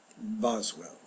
Boswell